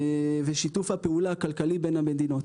ושיתוף הפעולה הכלכלי בין המדינות.